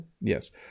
Yes